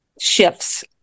shifts